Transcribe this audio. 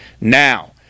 Now